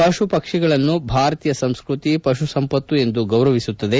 ಪಶುಪಕ್ಷಿಗಳನ್ನು ಭಾರತೀಯ ಸಂಸ್ಕೃತಿ ಪಶುಸಂಪತ್ತು ಎಂದು ಗೌರವಿಸುತ್ತದೆ